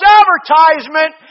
advertisement